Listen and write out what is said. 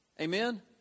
Amen